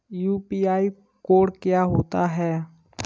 UPI code क्या होता है?